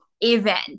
Event